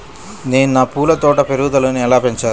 నేను నా పూల తోట పెరుగుదలను ఎలా పెంచాలి?